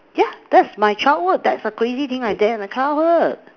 yeah that's my childhood that's a crazy thing I did in the childhood